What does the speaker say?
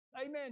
Amen